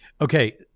Okay